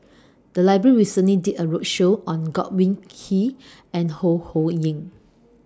The Library recently did A roadshow on Godwin Koay and Ho Ho Ying